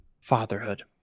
Fatherhood